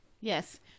Yes